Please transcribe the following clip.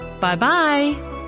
Bye-bye